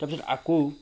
তাৰপিছত আকৌ